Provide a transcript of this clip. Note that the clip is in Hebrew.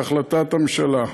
בהחלטת ממשלה.